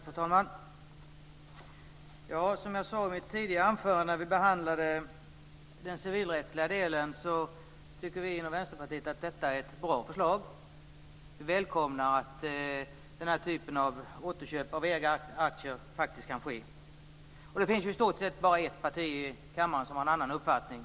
Fru talman! Som jag sade i mitt tidigare anförande när vi behandlade den civilrättsliga delen tycker vi inom Vänsterpartiet att detta är ett bra förslag. Vi välkomnar att den här typen av återköp av egna aktier faktiskt kan ske. Det finns i stort sett bara ett parti i kammaren som har en annan uppfattning.